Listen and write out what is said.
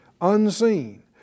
Unseen